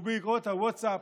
ובאגרות הווטסאפ: